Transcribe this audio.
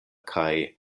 kaj